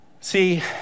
See